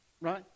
Right